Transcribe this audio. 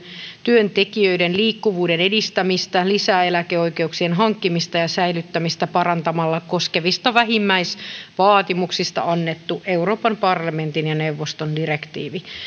työntekijöiden liikkuvuuden edistämistä lisäeläkeoikeuksien hankkimista ja säilyttämistä parantamalla koskevista vähimmäisvaatimuksista annettu euroopan parlamentin ja neuvoston direktiivi